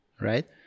Right